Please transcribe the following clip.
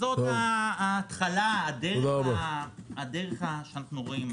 זו ההתחלה, הדרך שאנחנו רואים.